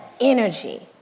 energy